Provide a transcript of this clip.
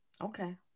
Okay